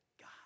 God